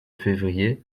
février